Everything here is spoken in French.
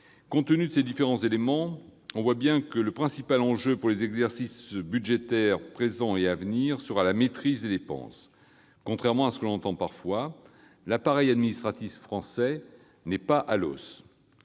Compte tenu de ces différents éléments, on voit bien que le principal enjeu pour l'exercice budgétaire présent et les suivants sera la maîtrise des dépenses. Contrairement à ce que l'on entend parfois, l'appareil administratif français n'est pas « à l'os